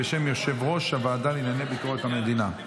בשם יושב-ראש הוועדה לענייני ביקורת המדינה.